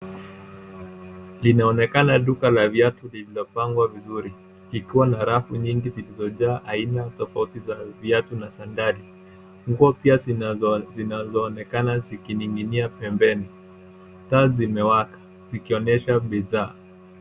Linaonekana duka la viatu lililo pangwa vizuri, likiwa na rafu nyingi zilizo jaa aina tofauti za viatu na sandali nguo pia zinaonekana zikininginia pembeni taa zimewaka zikionyesha bidhaa.